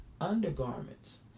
undergarments